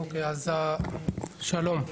אוקיי, שלום.